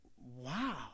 wow